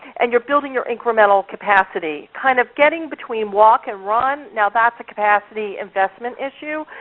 and you're building your incremental capacity. kind of getting between walk and run now that the capacity investment issue.